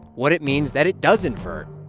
what it means that it does invert,